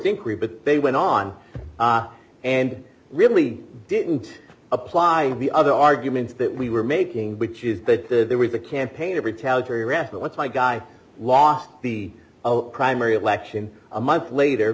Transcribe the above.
increase but they went on and really didn't apply the other arguments that we were making which is that there was a campaign of retaliatory rascal that's why guy lost the primary election a month later